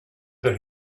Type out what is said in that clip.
that